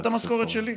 גם את המשכורת שלי.